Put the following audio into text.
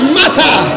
matter